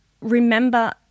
remember